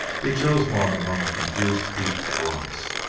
he chose one among a confused heap of rocks,